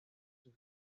sus